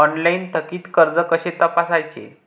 Online थकीत कर्ज कसे तपासायचे?